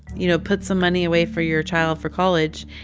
you know, put some money away for your child for college.